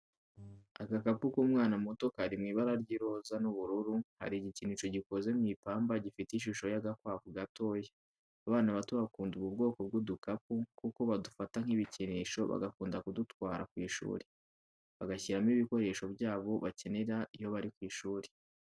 Agakapu k'umwana muto kari mu ibara ry'iroza n'ubururu, hari igikinisho gikoze mu ipamba gifite ishusho y'agakwavu gatoya, abana bato bakunda ubu kwoko bw'udukapu kuko badufata nk'ibikinisho bagakunda kudutwara ku ishuri, bagashyiramo ibikoresho byabo bakenera iyo bari ku ishuri.